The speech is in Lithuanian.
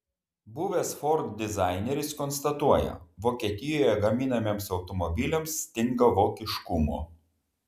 buvęs ford dizaineris konstatuoja vokietijoje gaminamiems automobiliams stinga vokiškumo